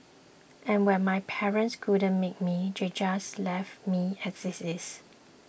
and when my parents couldn't make me they just left me as it is